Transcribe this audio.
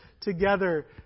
together